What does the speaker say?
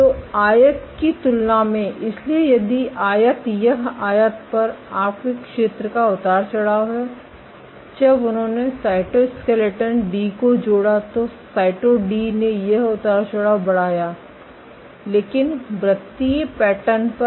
तो आयत की तुलना में इसलिए यदि आयत यह आयत पर आपके क्षेत्र का उतार चढ़ाव है जब उन्होंने साइटोस्केलेटन डी को जोड़ा तो साइटो डी ने यह उतार चढ़ाव बढ़ाया लेकिन व्रत्तीय पैटर्न पर